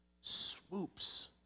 swoops